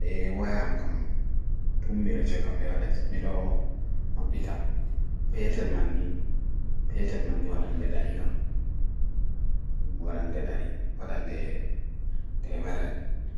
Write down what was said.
E wa ya hankam tummiro chekam miro dhe, miro makbita petel manni, petel manni waran dhe dari gam, waran dhe dari, waran dhe merre.